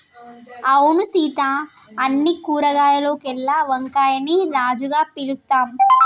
అవును సీత అన్ని కూరగాయాల్లోకెల్లా వంకాయని రాజుగా పిలుత్తాం